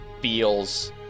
feels